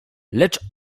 lecz